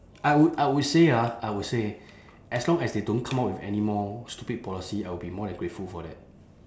I would I would say ah I would say as long as they don't come up with any more stupid policy I will be more than grateful for that